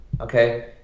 okay